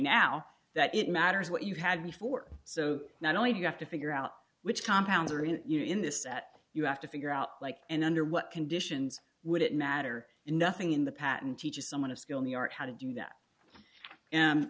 now that it matters what you had before so not only do you have to figure out which compounds are in you know in this that you have to figure out like and under what conditions would it matter and nothing in the patent teaches someone a skill in the art how to do that